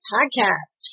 Podcast